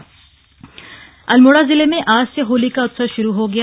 अल्मोडा होली अल्मोड़ा जिले में आज से होली का उत्सव शुरू हो गया है